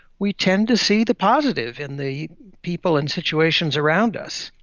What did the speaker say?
we tend to see the positive in the people and situations around us.